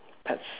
pets